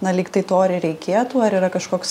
na lygtai to ir reikėtų ar yra kažkoks